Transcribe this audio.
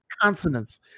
consonants